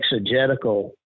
exegetical